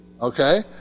Okay